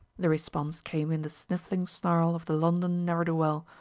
the response came in the sniffling snarl of the london ne'er-do-well,